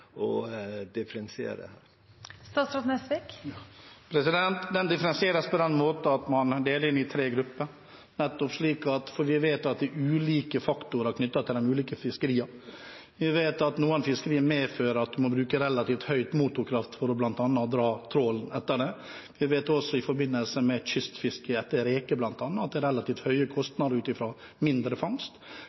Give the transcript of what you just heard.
å differensiere? Den differensieres på den måten at man deler inn i tre grupper, for vi vet at det er ulike faktorer knyttet til de ulike fiskeriene. Vi vet at noen fiskerier medfører at en må bruke relativt stor motorkraft for bl.a. å dra trålen etter seg. Vi vet også at i forbindelse med kystfiske etter reker, bl.a., er det relativt høye kostnader ut fra mindre fangst.